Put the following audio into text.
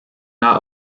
not